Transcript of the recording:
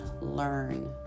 learn